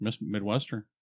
midwestern